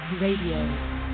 Radio